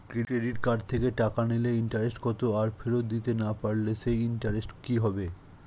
Credit card থেকে টাকা নিলে ইন্টারেস্ট কত আর ফেরত দিতে না পারলে সেই ইন্টারেস্ট কি হবে?